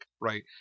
right